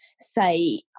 say